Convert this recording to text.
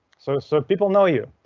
so so people know you!